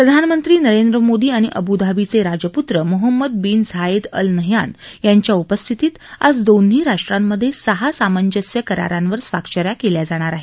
प्रधानमंत्री नरेंद्र मोदी आणि अब्धाबीचे राजपुत्र Mohammed bin Zayed Al Nahyan यांच्या उपस्थित आज दोन्ही राष्ट्रांमधे सहा सामंजस्य करारांवर स्वाक्ष या केल्या जाणार आहेत